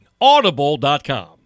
audible.com